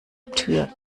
tür